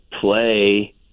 play –